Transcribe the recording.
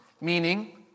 Meaning